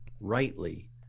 rightly